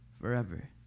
forever